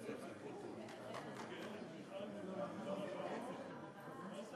את מוזמנת לברך את חבר הכנסת איל בן ראובן.